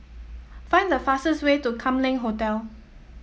find the fastest way to Kam Leng Hotel